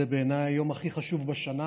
בעיניי, זה היום הכי חשוב בשנה,